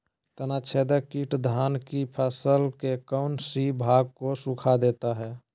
तनाछदेक किट धान की फसल के कौन सी भाग को सुखा देता है?